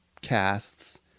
casts